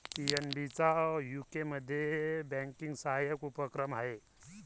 PNB चा यूकेमध्ये banking सहाय्यक उपक्रम आहे